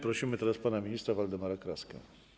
Proszę teraz pana ministra Waldemara Kraskę.